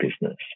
business